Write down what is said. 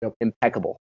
Impeccable